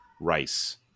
rice